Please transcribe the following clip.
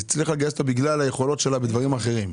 היא הצליחה לגייס אותו בגלל היכולות שלה בדברים אחרים,